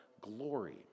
glory